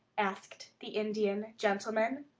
asked the indian gentleman.